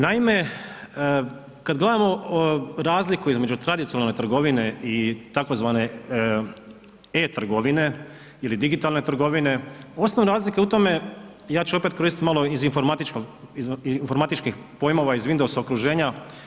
Naime, kad gledamo razliku između tradicionalne trgovine i tzv. e-Trgovine ili digitalne trgovine, osnovna razlika je u tome, ja ću opet koristiti malo iz informatičkih pojmova iz Windows okruženja.